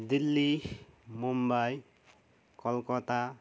Delhi Mumbai Calcutta